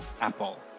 Apple